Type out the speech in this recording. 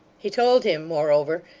he told him, moreover,